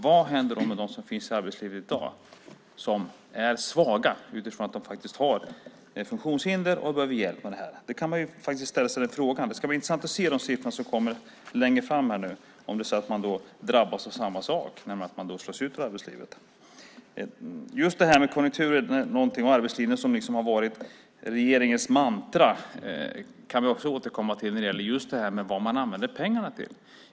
Vad händer då med dem som finns i arbetslivet i dag och som är svaga utifrån att de har ett funktionshinder och behöver hjälp med det? Den frågan kan man ställa sig. Det ska bli intressant att se de siffror som kommer längre fram och om det är så att de drabbas av samma sak, nämligen att de slås ut ur arbetslivet. Konjunkturen och arbetslinjen har varit regeringens mantra. Vi kan återkomma till vad man använder pengarna till.